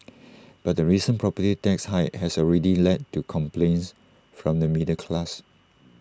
but the recent property tax hike has already led to complaints from the middle class